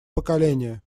поколение